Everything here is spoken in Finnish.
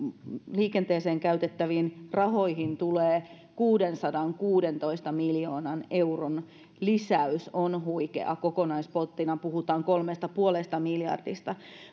liikenteeseen käytettäviin rahoihin tulee kuudensadankuudentoista miljoonan euron lisäys on on huikeaa kokonaispottina puhutaan kolmesta ja puolesta miljardista